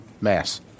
mass